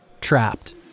Trapped